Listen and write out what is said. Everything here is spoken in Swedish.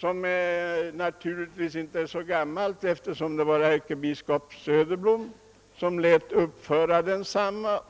som visserligen inte är så gamla, eftersom det var ärkebiskop Söderblom som lät uppföra dem.